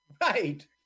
Right